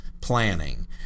planning